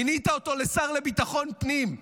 מינית אותו לשר לביטחון פנים.